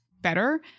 better